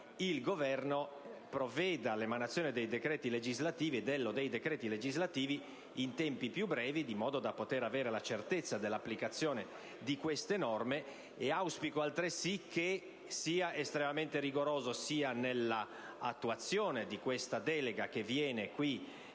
il Governo provveda all'adozione di uno o più decreti legislativi, in tempi più brevi, in modo da poter avere la certezza dell'applicazione di queste norme. Auspico altresì che il Governo sia estremamente rigoroso, sia nell'attuazione di questa delega, che viene qui